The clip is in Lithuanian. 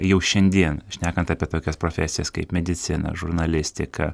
jau šiandien šnekant apie tokias profesijas kaip medicina žurnalistika